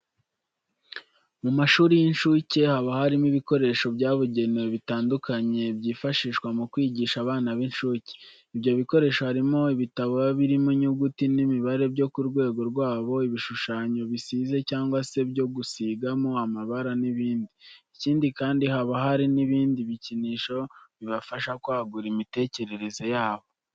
Mu mashuri y'incuke haba harimo ibikoresho byabugenewe bitandukanye byifashishwa mu kwigisha abana b'incuke. Ibyo bikoresho harimo ibitabo biba birimo inyuguti n'imibare byo ku rwego rwabo, ibishushanyo bisize cyangwa se byo gusigamo amabara n'ibindi. Ikindi kandi, haba hari n'ibindi bikinisho bibafasha kwagura imitekerereze yabo.